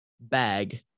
bag